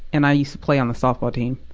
and i used to play on the softball team.